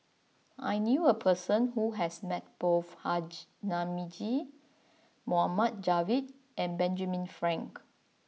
I knew a person who has met both Haji Namazie Mohd Javad and Benjamin Frank